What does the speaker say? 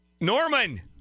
Norman